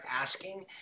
asking